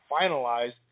finalized